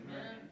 Amen